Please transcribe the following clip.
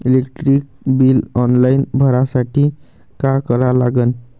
Electric bill online भरासाठी का करा लागन?